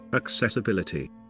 accessibility